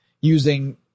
using